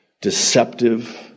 deceptive